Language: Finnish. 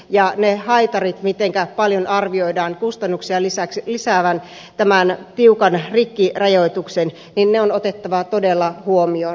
ja ne haitarit miten paljon arvioidaan kustannuksia lisäävän tämän tiukan rikkirajoituksen on otettava todella huomioon